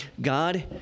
God